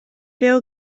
veu